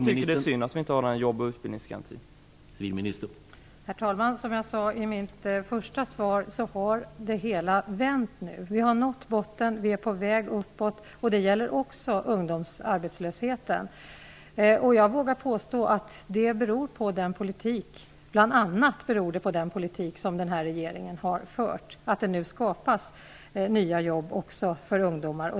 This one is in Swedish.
Herr talman! Som jag sade i mitt svar har utvecklingen nu vänt. Vi har nått botten. Vi är på väg uppåt. Detta gäller också ungdomsarbetslösheten. Jag vågar påstå att detta bl.a. beror på den politik som den här regeringen har fört. Det skapas nu nya jobb också för ungdomar.